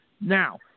Now